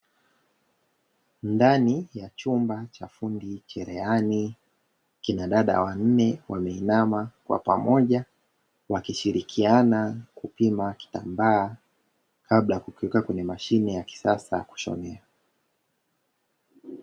Ndani ya chumba cha fundi cherehani kina dada wanne, wameinama kwa pamoja wakishirikiana kupima kitambaa kabla ya kukiweka kwenye mashine ya kisasa kushonea.